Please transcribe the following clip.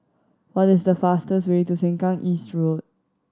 what is the fastest way to Sengkang East Road